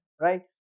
right